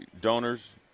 donors